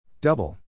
Double